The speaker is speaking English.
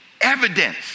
evidence